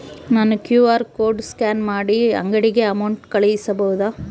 ನಾನು QR code scan ಮಾಡಿ ಅಂಗಡಿಗೆ ಅಮೌಂಟ್ ಕಳಿಸಬಹುದಾ?